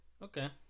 okay